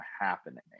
happening